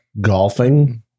golfing